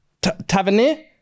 Tavernier